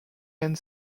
end